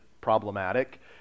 problematic